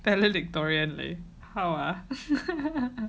valedictorian leh how ah